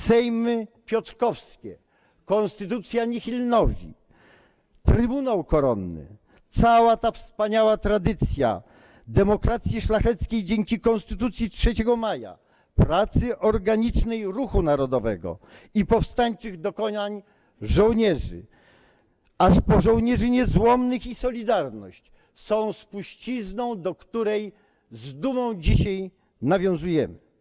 Sejmy piotrkowskie, konstytucja nihil novi, Trybunał Koronny - cała ta wspaniała tradycja demokracji szlacheckiej dzięki Konstytucji 3 maja, pracy organicznej ruchu narodowego i powstańczym dokonaniom żołnierzy, aż po żołnierzy niezłomnych i „Solidarność”, są spuścizną, do której z dumą dzisiaj nawiązujemy.